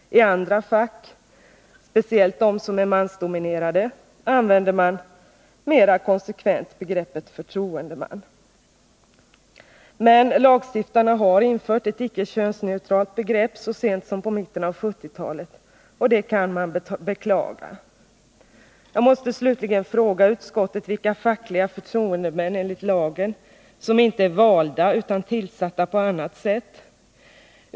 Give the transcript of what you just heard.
I andra fack — speciellt de som är mansdominerade — använder man mera konsekvent begreppet förtroendeman. Men lagstiftarna har infört ett icke könsneutralt begrepp så sent som under mitten av 1970-talet, och det kan man beklaga. Jag måste slutligen fråga utskottet vilka fackliga förtroendemän — enligt lagen — som inte är valda utan tillsatta på annat sätt.